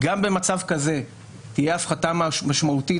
גם במצב כזה תהיה הפחתה משמעותית